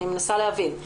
אני מנסה להבין.